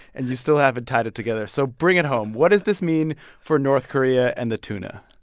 and you still haven't tied it together. so bring it home. what does this mean for north korea and the tuna?